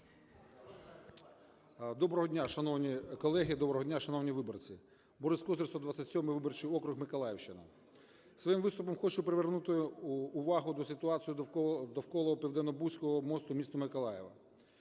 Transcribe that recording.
Доброго дня, шановні колеги! Доброго дня, шановні виборці! Борис Козир, 127 виборчий округ, Миколаївщина. Своїм виступом хочу привернути увагу до ситуації довкола Південнобузького мосту міста Миколаєва.